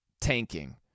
tanking